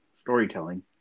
storytelling